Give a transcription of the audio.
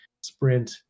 sprint